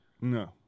no